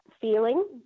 feeling